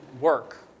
work